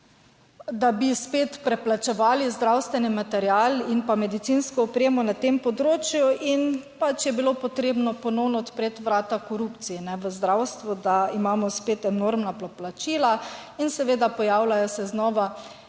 da bi spet preplačevali zdravstveni material in pa medicinsko opremo na tem področju in pač je bilo potrebno ponovno odpreti vrata korupciji v zdravstvu, da imamo spet enormna plačila in seveda pojavljajo se znova,